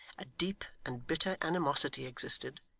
a deep and bitter animosity existed,